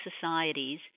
societies